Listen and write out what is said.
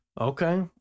Okay